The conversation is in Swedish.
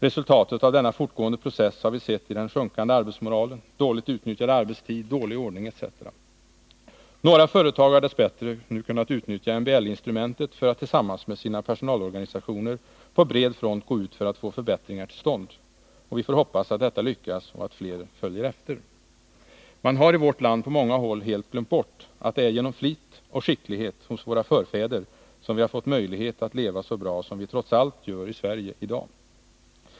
Resultatet av denna fortgående process har vi sett i den sjunkande arbetsmoralen, dåligt utnyttjad arbetstid, dålig ordning etc. Några företag har dess bättre nu kunnat utnyttja MBL-instrumentet för att tillsammans med sina personalorganisationer på bred front gå ut för att få förbättringar till stånd. Vi får hoppas att detta lyckas och att fler följer efter. Man har i vårt land på många håll helt glömt bort att det är genom flit och skicklighet hos våra förfäder som vi har fått möjlighet att leva så bra som vi trots allt gör i Sverige i dag.